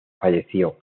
falleció